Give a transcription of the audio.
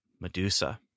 Medusa